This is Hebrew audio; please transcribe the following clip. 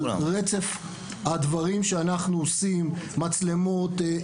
על רצף הדברים שאנחנו עושים מצלמות,